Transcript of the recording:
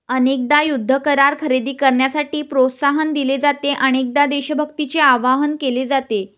अनेकदा युद्ध करार खरेदी करण्यासाठी प्रोत्साहन दिले जाते, अनेकदा देशभक्तीचे आवाहन केले जाते